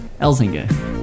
Elzinger